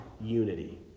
unity